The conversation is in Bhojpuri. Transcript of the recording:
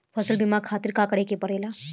फसल बीमा खातिर का करे के पड़ेला?